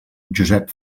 josep